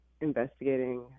investigating